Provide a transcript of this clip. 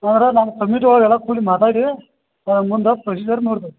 ಅಂದ್ರ ನಾವು ಕಮಿಟಿ ಒಳಗ ಎಲ್ಲ ಕೂಡಿ ಮಾತಾಡಿ ಹಾಂ ಮುಂದ ಪ್ರೊಸಿಜರ್ ನೋಡ್ಬೇಕು